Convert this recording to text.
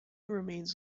remains